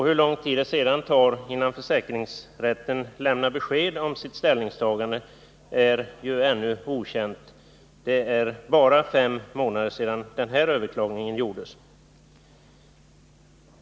Hur lång tid det sedan tar innan försäkringsrätten lämnar besked om sitt ställningatagande är ännu okänt — det är bara fem månader sedan den här överklagningen gjordes.